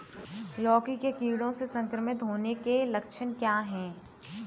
लौकी के कीड़ों से संक्रमित होने के लक्षण क्या हैं?